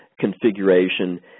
configuration